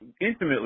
intimately